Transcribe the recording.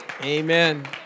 Amen